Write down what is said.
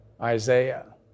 Isaiah